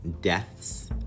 deaths